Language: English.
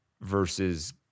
versus